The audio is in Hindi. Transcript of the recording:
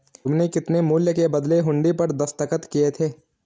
तुमने कितने मूल्य के बदले हुंडी पर दस्तखत किए थे?